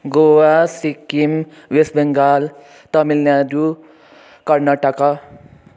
Goa Sikkim West Bengal Tamil Nadu Karnataka